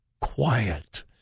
quiet